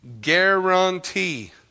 guarantee